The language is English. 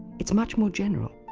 it's much more general.